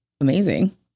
amazing